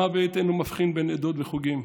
המוות אינו מבחין בין עדות וחוגים,